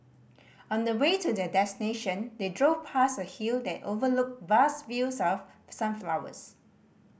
on the way to their destination they drove past a hill that overlooked vast fields of sunflowers